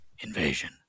invasion